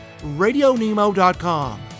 RadioNemo.com